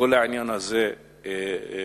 כל העניין הזה מקומם.